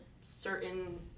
certain